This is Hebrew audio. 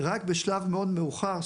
רק בשלב מאוד מאוחר,